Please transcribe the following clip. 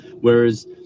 whereas